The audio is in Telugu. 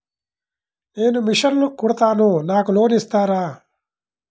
నేను మిషన్ కుడతాను నాకు లోన్ ఇస్తారా?